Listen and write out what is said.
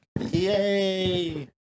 Yay